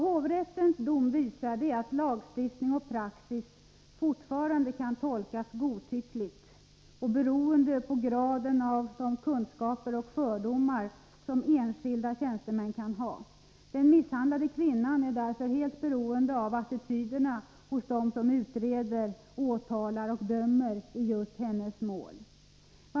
Hovrättens dom visar att lagstiftning och praxis fortfarande kan tolkas godtyckligt, beroende på graden av kunskaper och fördomar hos enskilda tjänstemän. Den misshandlade kvinnan är därför helt beroende av attityder na hos dem som utreder, åtalar och dömer i just hennes mål.